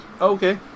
Okay